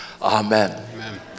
Amen